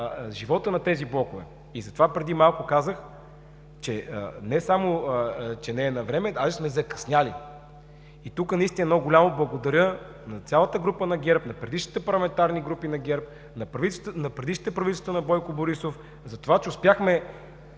живота на тези блокове. Затова преди малко казах: не само че не е навреме, даже сме закъснели. Тук голямо благодаря на цялата група на ГЕРБ, на предишните парламентарни групи на ГЕРБ, на предишните правителства на Бойко Борисов, че успяхме